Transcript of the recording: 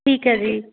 ਠੀਕ ਹੈ ਜੀ